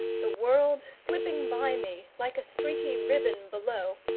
the world slipping by me like a streaky ribbon below,